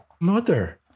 Mother